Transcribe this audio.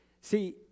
See